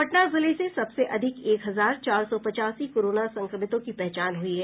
पटना जिले से सबसे अधिक एक हजार चार सौ पचासी कोरोना संक्रमितों की पहचान हुई है